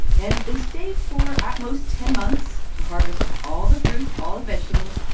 and they stay for at most ten months to harvest all the fruit, all the vegetables.